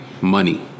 money